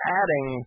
adding